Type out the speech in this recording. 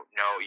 no